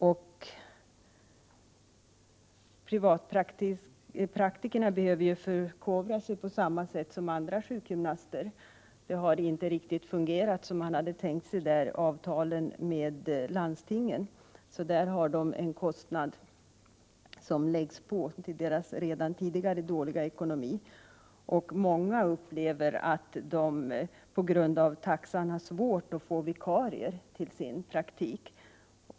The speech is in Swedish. Men privatpraktikerna behöver ju på samma sätt som andra sjukgymnaster förkovra sig. Det har inte fungerat riktigt som man hade tänkt sig när det — Prot. 1987/88:40 gäller avtalen med landstingen. Det är således ytterligare en kostnad som 8 december 1987 belastar privatpraktikernas redan tidigare dåliga ekonomi. Många sjukgym Om deprivatpraktiser naster upplever att de på grund av taxesättningen har svårt att få vikarier till ande sjukgymnasternas sina praktiker.